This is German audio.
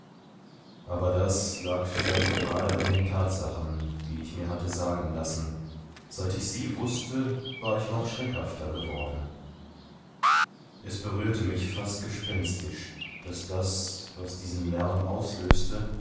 aber das lag vielleicht gerade an den tatsachen die ich mir hatte sagen lassen seit ich sie wußte war ich noch schreckhafter geworden es berührte mich fast gespenstisch daß das was diesen lärm auslöste